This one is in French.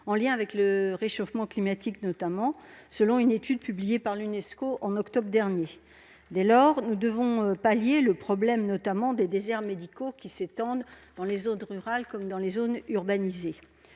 en lien avec le réchauffement climatique, notamment, selon une étude publiée par l'Unesco en octobre dernier. Dès lors, nous devons pallier le problème des déserts médicaux qui s'étendent dans les zones rurales comme dans les zones urbanisées.